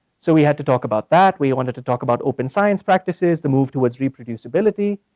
so we had to talk about that, we wanted to talk about open science practices, the move towards reproducibility,